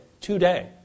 today